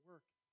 work